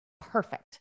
perfect